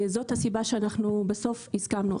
זאת הסיבה שאנחנו בסוף הסכמנו.